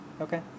Okay